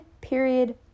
period